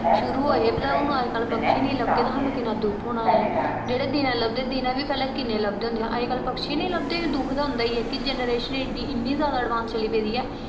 शुरू होए हे पर हु'न अजकल्ल पक्षी निं लभदे ते सानू किन्ना दुक्ख होना ऐ जेह्ड़े दिनै लब्बदे दिनै बी पैह्लै किन्ने लब्बदे होंदे हे अजकल्ल पक्षी निं लभदे दुक्ख ते होंदा ही ऐ कि जनरेशन एह्डी इ'न्नी जैदा एडवांस चली पेदी ऐ